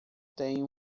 tem